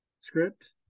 script